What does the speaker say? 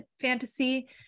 fantasy